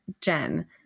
Jen